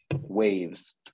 waves